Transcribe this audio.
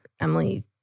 Emily